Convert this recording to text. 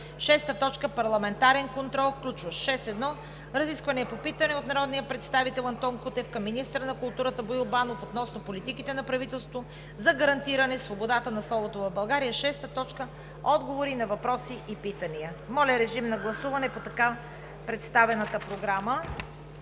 2019 г. 6. Парламентарен контрол, включващ: 6.1. Разисквания по питане от народния представител Антон Кутев към министъра на културата Боил Банов относно политиките на правителството за гарантиране свободата на словото в България; 6.2. Отговори на въпроси и питания.“ Моля, режим на гласуване на представената Програма.